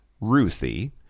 ruthie